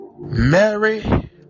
Mary